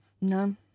No